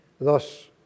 Thus